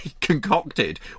concocted